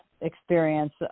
experience